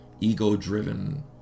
ego-driven